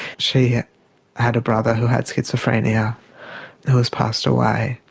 she had had a brother who had schizophrenia who has passed away,